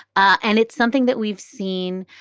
and it's something that we've seen,